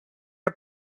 are